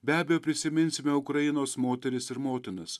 be abejo prisiminsime ukrainos moteris ir motinas